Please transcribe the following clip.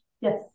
yes